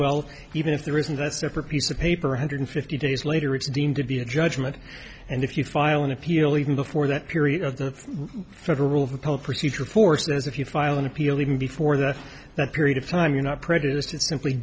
well even if there isn't a separate piece of paper a hundred fifty days later it's deemed to be a judgment and if you file an appeal even before that period the federal appellate procedure for says if you file an appeal even before that that period of time you're not prejudiced is simply